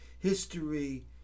history